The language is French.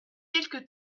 quelque